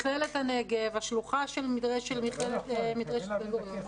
מכללת הנגב, השלוחה של מדרשת בן גוריון?